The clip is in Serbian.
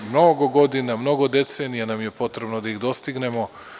Mnogo godina, mnogo decenija nam je potrebno da ih dostignemo.